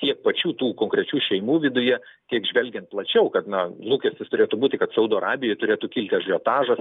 tiek pačių tų konkrečių šeimų viduje tiek žvelgiant plačiau kad na lūkestis turėtų būti kad saudo arabijoj turėtų kilti ažiotažas